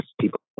people